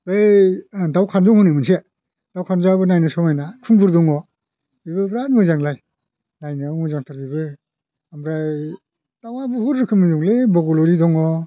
बै दाउ खानजं होनो मोनसे दाउ खानजंआबो नायनो समायना खुंगुर दङ बिबो बिराद मोजांलाय नायनायाव मोजांथार जेरैबो ओमफ्राय दावआ बुहुत रोखोमनि दंलै बगलरि दङ